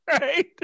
right